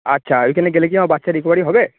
আচ্ছা ওইখানে গেলে কি আমার বাচ্চা রিকোভারি হবে